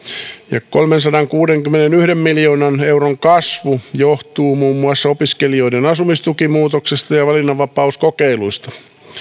ja kolmensadankuudenkymmenenyhden miljoonan euron kasvu johtuu muun muassa opiskelijoiden asumistukimuutoksesta ja valinnanvapauskokeiluista